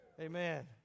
Amen